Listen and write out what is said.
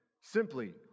simply